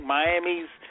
Miami's –